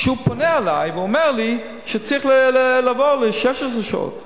שהוא פונה אלי ואומר לי שצריך לעבור ל-16 שעות.